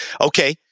okay